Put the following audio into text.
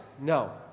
No